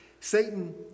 Satan